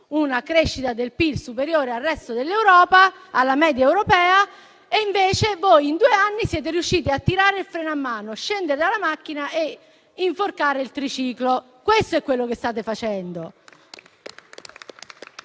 una crescita del PIL superiore alla media europea e invece voi in due anni siete riusciti a tirare il freno a mano, a scendere dalla macchina e a inforcare il triciclo. Questo è quello che state facendo.